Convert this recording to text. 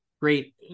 Great